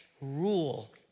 rule